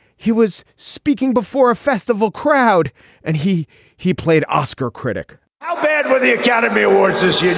he was speaking before a festival crowd and he he played oscar critic how bad were the academy awards this yeah